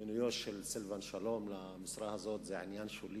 מינויו של סילבן שלום למשרה הזאת הוא עניין שולי.